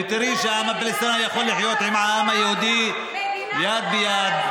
ותראי שהעם הפלסטיני יכול לחיות עם העם היהודי יד ביד,